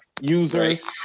users